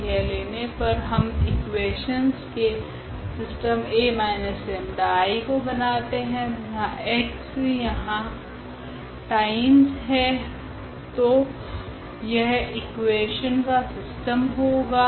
तो यह लेने पर हम इकुवेशनस के सिस्टम 𝐴−𝜆𝐼 को बनाते है तथा x यहाँ टाइमस है तो यह इकुवेशनस का सिस्टम होगा